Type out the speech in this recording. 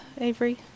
avery